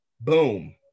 Boom